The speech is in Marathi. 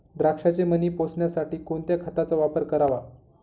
द्राक्षाचे मणी पोसण्यासाठी कोणत्या खताचा वापर करावा?